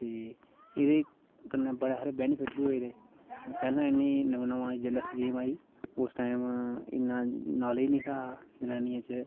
ते एह्दे कन्नै बड़े सारे बेनिफिट बी होऐ दे पैह्ले इन्नी नमां नमां जेल्लै स्कीम आई उस टाइम इन्ना नालेज निहा जननियें च